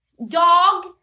dog